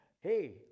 hey